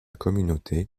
communauté